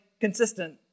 consistent